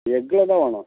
எக்கில் தான் வேணும்